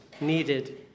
needed